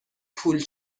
پول